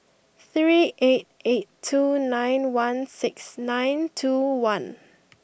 three eight eight two nine one six nine two one